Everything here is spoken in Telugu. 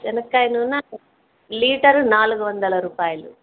శనక్కయ నూనె లీటరు నాలుగు వందల రూపాయలు